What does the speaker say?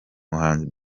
muhanzi